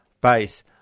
base